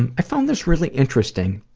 and i found this really interesting,